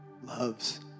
loves